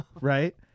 right